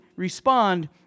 respond